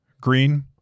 Green